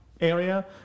area